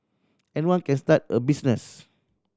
anyone can start a business